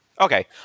okay